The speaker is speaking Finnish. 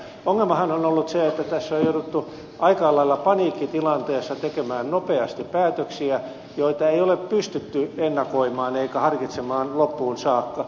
ongelmahan on ollut se että tässä on jouduttu aika lailla paniikkitilanteessa tekemään nopeasti päätöksiä joita ei ole pystytty ennakoimaan eikä harkitsemaan loppuun saakka